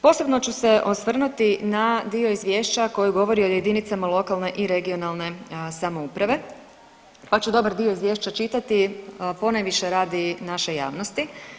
Posebno ću se osvrnuti na dio Izvješća koji govori o jedinicama lokalne i regionalne samouprave pa ću dobar dio Izvješća čitati ponajviše radi naše javnosti.